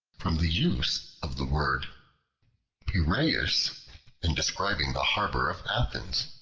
from the use of the word piraeus in describing the harbour of athens,